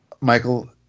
Michael